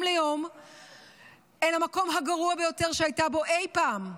ליום אל המקום הגרוע ביותר שהייתה בו אי פעם,